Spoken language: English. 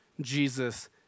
Jesus